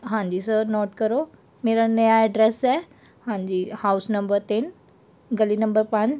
ਹਾਂਜੀ sir note ਕਰੋ ਮੇਰਾ ਨਵਾਂ ਐਡਰੈਸ ਹੈ ਹਾਂਜੀ ਹਾਊਸ ਨੰਬਰ ਤਿੰਨ ਗਲੀ ਨੰਬਰ ਪੰਜ